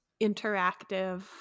interactive